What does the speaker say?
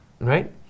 right